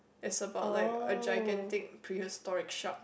it's about like a gigantic prehistoric shark